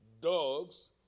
dogs